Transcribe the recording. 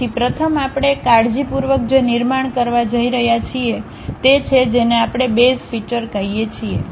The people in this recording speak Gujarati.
તેથી પ્રથમ આપણે કાળજીપૂર્વક જે નિર્માણ કરવા જઈ રહ્યા છીએ તે છે જેને આપણે બેઝ ફિચર કહીએ છીએ